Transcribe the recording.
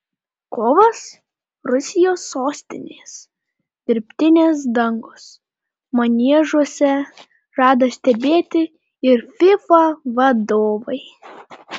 kovas rusijos sostinės dirbtinės dangos maniežuose žada stebėti ir fifa vadovai